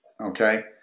Okay